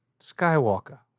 Skywalker